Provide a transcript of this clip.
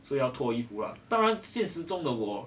so 要脱衣服啦当然现实中的我